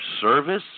service